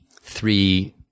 three